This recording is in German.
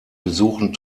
besuchen